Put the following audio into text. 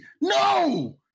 No